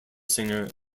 singer